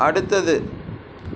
அடுத்தது